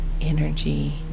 energy